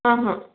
ಹಾಂ ಹಾಂ